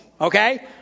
Okay